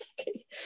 okay